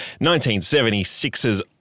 1976's